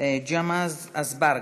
ג'מעה אזברגה,